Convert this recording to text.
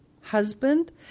husband